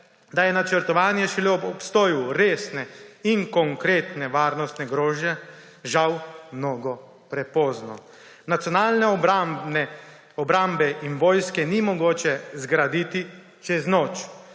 da je načrtovanje šele ob obstoju resne in konkretne varnostne grožnje, žal, mnogo prepozno. Nacionalne obrambe in vojske ni mogoče zgraditi čez noč